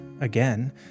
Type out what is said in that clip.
again